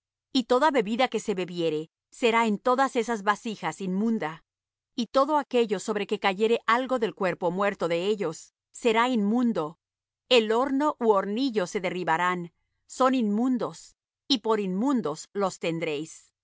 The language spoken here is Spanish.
y toda bebida que se bebiere será en todas esas vasijas inmunda y todo aquello sobre que cayere algo del cuerpo muerto de ellos será inmundo el horno ú hornillos se derribarán son inmundos y por inmundos los tendréis